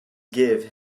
give